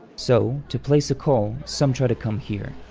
so, to place a call, some try to come here.